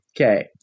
Okay